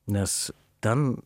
nes ten